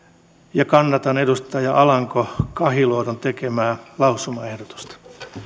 kannatan edustaja alanko kahiluodon tekemää lausumaehdotusta